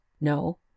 No